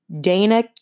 Dana